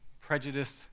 prejudiced